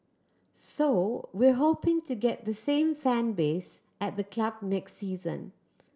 so we're hoping to get the same fan base at the club next season